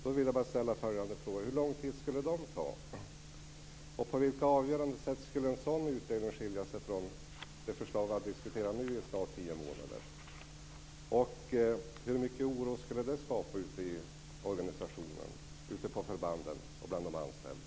Då vill jag bara ställa följande frågor: Hur lång tid skulle en ny utredning ta och på vilka avgörande sätt skulle en sådan utrednings resultat skilja sig från det förslag som vi har diskuterat i snart tio månader? Hur mycket oro skulle det skapa ute i organisationen, ute på förbanden och bland de anställda?